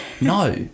No